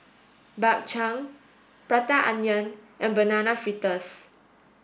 Bak Chang Prata onion and banana fritters